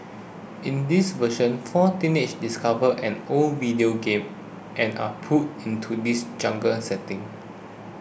in this version four teenagers discover an old video game and are pulled into this jungle setting